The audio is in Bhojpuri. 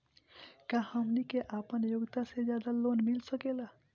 का हमनी के आपन योग्यता से ज्यादा लोन मिल सकेला?